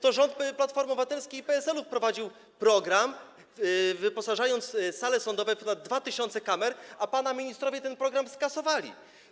To rząd Platformy Obywatelskiej i PSL-u wprowadził program i wyposażył sale sądowe w ponad 2 tys. kamer, a pana ministrowie ten program skasowali.